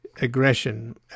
aggression